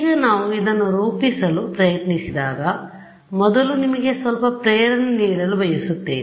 ಈಗ ನಾವು ಇದನ್ನು ರೂಪಿಸಲು ಪ್ರಯತ್ನಿಸಿದಾಗ ಮೊದಲು ನಿಮಗೆ ಸ್ವಲ್ಪ ಪ್ರೇರಣೆ ನೀಡಲು ಬಯಸುತ್ತೇನೆ